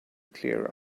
clear